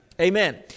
Amen